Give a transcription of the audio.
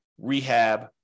rehab